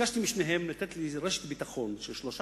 וביקשתי משניהם לתת לי איזה רשת ביטחון של שלושה